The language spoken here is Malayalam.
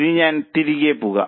ഇനി ഞാൻ തിരികെ പോകാം